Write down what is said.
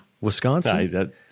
Wisconsin